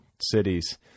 cities